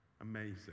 amazing